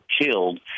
killed